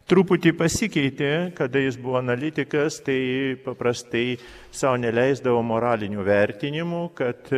truputį pasikeitė kada jis buvo analitikas tai paprastai sau neleisdavo moralinių vertinimų kad